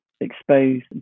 exposed